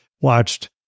watched